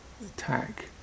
attack